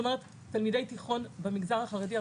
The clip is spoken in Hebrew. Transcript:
תלמידי תיכון במגזר החרדי,